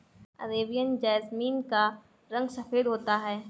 Arabian jasmine का रंग सफेद होता है